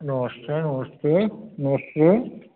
नमस्ते नमस्ते नमस्ते